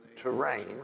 terrain